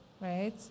Right